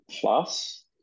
Plus